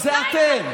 זה אתם.